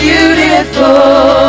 Beautiful